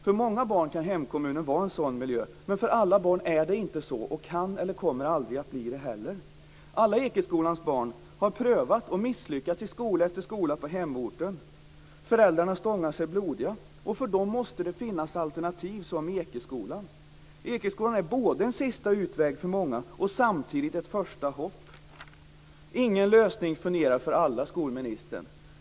För många barn kan hemkommunen vara en sådan miljö men för alla barn är det inte så och kan aldrig, eller kommer aldrig att, bli det. Alla Ekeskolans barn har prövat och misslyckats i skola efter skola på hemorten. Föräldrarna stångar sig blodiga. För de här barnen måste det finnas alternativ som Ekeskolan. Ekeskolan är en sista utväg för många och samtidigt ett första hopp. Ingen lösning fungerar för alla, skolministern!